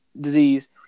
disease